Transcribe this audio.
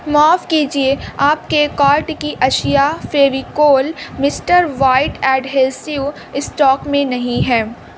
معاف کیجیے آپ کے کارٹ کی اشیاء Fevicol Mr White adhesive stock میں نہیں ہے